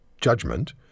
judgment